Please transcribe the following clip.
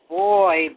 boy